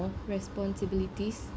responsibilities